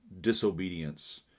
Disobedience